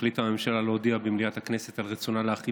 החליטה הממשלה להודיע במליאת הכנסת על רצונה להחיל